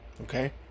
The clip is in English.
Okay